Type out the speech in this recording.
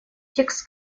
текст